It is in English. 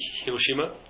Hiroshima